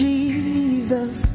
Jesus